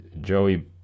Joey